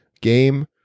game